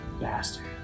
Bastard